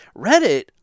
reddit